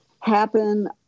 happen